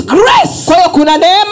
grace